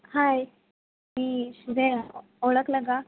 हाय मी श्रेया ओळखलं का